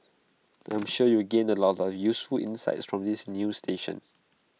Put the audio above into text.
I'm sure you will gain A lot of useful insights from this new station